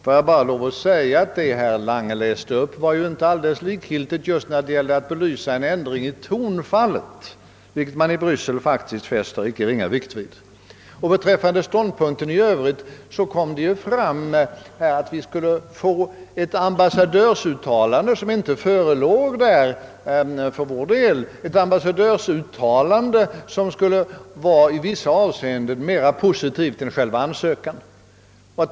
Låt mig bara påpeka att det som herr Lange läste upp inte var alldeles likgiltigt för att belysa en ändring i tonfallet, vilket man faktiskt i Bryssel fäster icke ringa vikt vid. Beträffande ståndpunkten i övrigt uppgavs det i nämnden att ett ambassadörsuttalande skulle göras som vi inte hade fått ta del av. I vissa avseenden skulle det bli mera positivt än själva ansökan.